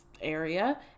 area